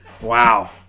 Wow